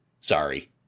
Sorry